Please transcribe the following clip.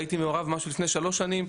הייתי מעורב במשהו לפני שלוש שנים,